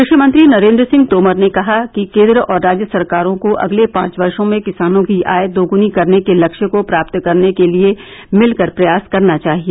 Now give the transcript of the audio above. कृषि मंत्री नरेन्द्र सिंह तोमर ने कहा कि केन्द्र और राज्य सरकारों को अगले पांच वर्षो में किसानों की आय दोगुनी करने के लक्ष्य को प्राप्त करने के लिए मिलकर प्रयास करना चाहिए